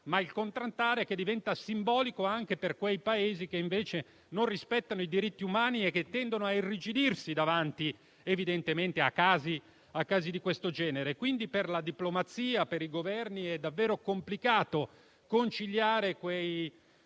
Ma il contraltare è che il caso diventa simbolico anche per quei Paesi che invece non rispettano i diritti umani e tendono a irrigidirsi, evidentemente, davanti a casi di questo genere. Quindi, per la diplomazia e per i Governi è davvero complicato conciliare quei